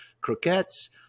croquettes